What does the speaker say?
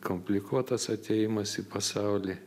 komplikuotas atėjimas į pasaulį